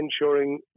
ensuring